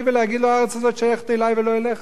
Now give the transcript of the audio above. ולהגיד לו: הארץ הזאת שייכת לי ולא לך?